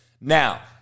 Now